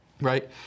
right